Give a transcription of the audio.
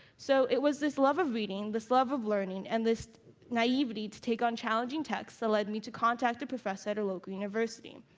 so it was this love of reading, this love of learning, and this naivety to take on challenging texts, that led me to contact a professor at a local university.